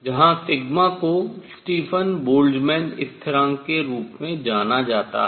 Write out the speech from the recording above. जहां सिग्मा को Stefan Boltzmann स्थिरांक के रूप में जाना जाता है